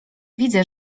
widzę